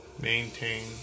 Maintain